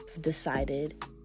decided